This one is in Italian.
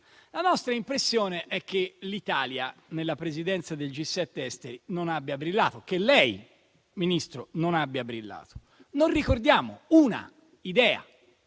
La nostra impressione è che l'Italia, nella Presidenza del G7 esteri, non abbia brillato: che lei, signor Ministro, non abbia brillato. Non ricordiamo una idea,